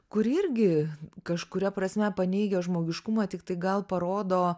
kuri irgi kažkuria prasme paneigia žmogiškumą tiktai gal parodo